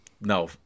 No